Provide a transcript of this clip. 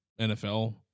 NFL